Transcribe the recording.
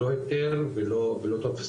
לא היתר ולא טופס